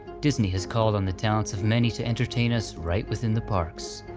disney has called on the talents of many to entertain us right within the parks.